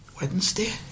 Wednesday